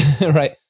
Right